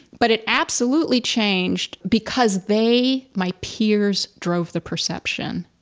but it absolutely changed because, they, my peers, drove the perception.